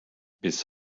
bis